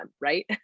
right